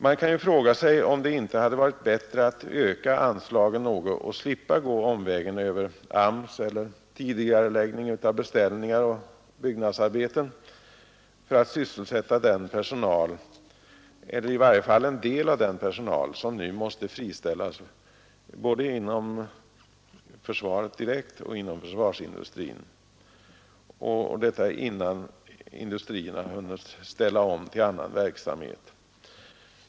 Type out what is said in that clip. Man kan ifrågasätta om det inte hade varit bättre att öka anslagen något och slippa gå omvägen över AMS eller tidigareläggning av beställningar och byggnadsarbeten för att sysselsätta i varje fall en del av den personal, som nu måste friställas både inom själva försvaret och inom försvarsindustrin, och detta innan industrierna hunnit ställa om till annan verksamhet.